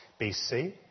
BC